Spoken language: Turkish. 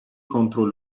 kontrol